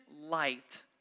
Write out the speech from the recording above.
light